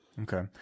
Okay